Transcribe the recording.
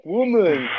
Woman